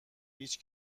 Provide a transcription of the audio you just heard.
هیچ